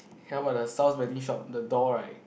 here about the staff waiting shop the door right